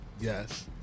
Yes